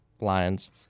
Lions